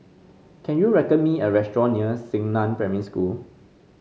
can you me a restaurant near Xingnan Primary School